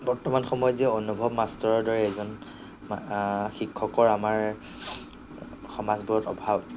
বৰ্তমান সময়ত যে অনুভৱ মাষ্টৰৰ দৰে এজন শিক্ষকৰ আমাৰ সমাজবোৰত অভাৱ